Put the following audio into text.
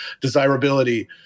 desirability